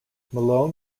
malone